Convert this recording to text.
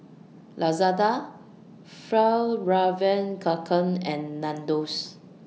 Lazada Fjallraven Kanken and Nandos